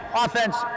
Offense